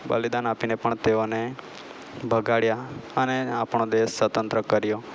બલિદાન આપીને પણ તેઓને ભગાડ્યા અને આપણો દેશ સ્વતંત્ર કર્યો